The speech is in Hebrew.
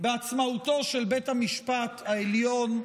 בעצמאותו של בית המשפט העליון,